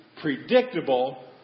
predictable